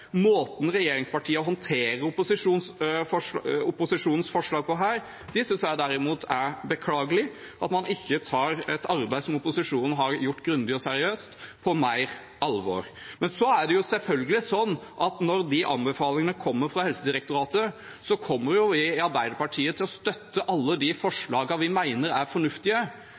Måten regjeringspartiene håndterer opposisjonens forslag på her, synes jeg derimot er beklagelig – at man ikke tar et arbeid som opposisjonen har gjort grundig og seriøst, på større alvor. Det er selvfølgelig sånn at når anbefalingene kommer fra Helsedirektoratet, kommer Arbeiderpartiet til å støtte alle de forslagene vi mener er fornuftige,